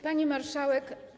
Pani Marszałek!